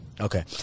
Okay